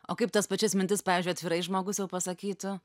o kaip tas pačias mintis pavyzdžiui atvirai žmogus sau pasakytų